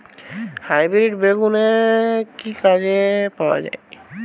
Hybrid বেগুনের বীজ কি পাওয়া য়ায়?